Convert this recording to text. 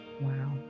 wow